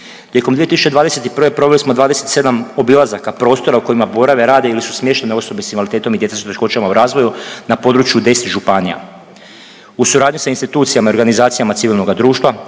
Tijekom 2021. proveli smo 27 obilazaka prostora u kojima borave, rade ili su smještene osobe s invaliditetom i djeca s teškoćama u razvoju na području 10 županija. U suradnji sa institucijama i organizacijama civilnoga društva